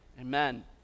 Amen